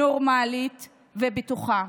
נורמלית ובטוחה.